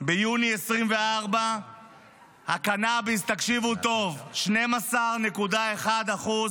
ביוני 2024 הקנביס, תקשיבו טוב, 12.1% קנביס.